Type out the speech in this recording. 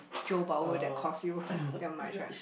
Joe-Bowler that cost you that much right